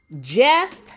Jeff